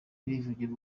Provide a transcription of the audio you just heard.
birivugira